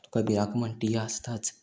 तुका भिरांत म्हणटा ती आसताच